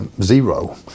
zero